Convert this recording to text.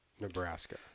Nebraska